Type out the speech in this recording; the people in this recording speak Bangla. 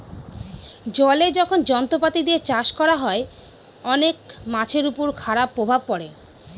জলে যখন যন্ত্রপাতি দিয়ে চাষ করা হয়, অনেক মাছের উপর খারাপ প্রভাব পড়ে